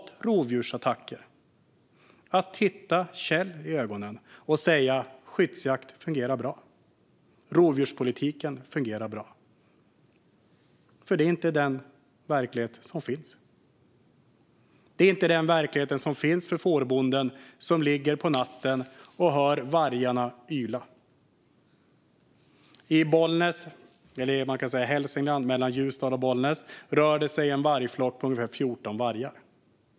Titta Kjell i ögonen och säg: Skyddsjakten fungerar bra, och rovdjurspolitiken fungerar bra! Detta är nämligen inte den verklighet som råder. Det är inte verkligheten för fårbonden som ligger på natten och hör vargarna yla. I Hälsingland mellan Ljusdal och Bollnäs rör det sig en vargflock på ungefär 14 vargar.